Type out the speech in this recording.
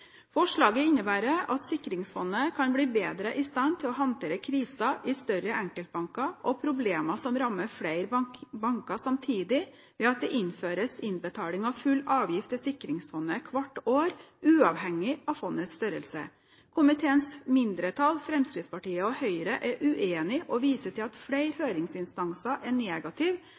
Forslaget innebærer at sikringsfondet kan bli bedre i stand til å håndtere kriser i større enkeltbanker og problemer som rammer flere banker samtidig, ved at det innføres innbetaling av full avgift til sikringsfondet hvert år – uavhengig av fondets størrelse. Komiteens mindretall, Fremskrittspartiet og Høyre, er uenige i det og viser til at flere høringsinstanser er